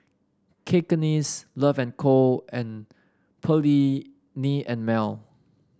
Cakenis Love and Co and Perllini and Mel